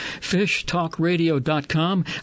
fishtalkradio.com